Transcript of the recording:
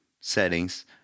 settings